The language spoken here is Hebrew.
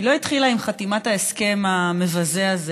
היא לא התחילה עם חתימת ההסכם המבזה הזה